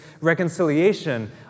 reconciliation